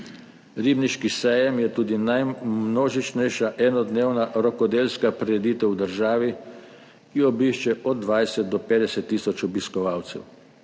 Ribniški sejem je tudi najmnožičnejša enodnevna rokodelska prireditev v državi, ki jo obišče od 20 do 50 tisoč obiskovalcev.